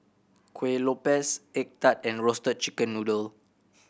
Kueh Lopes egg tart and Roasted Chicken Noodle